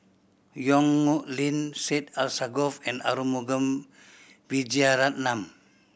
Yong Nyuk Lin Syed Alsagoff and Arumugam Vijiaratnam